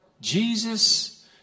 Jesus